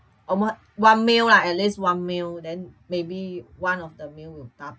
almo~ one meal lah at least one meal then maybe one of the meal will dabao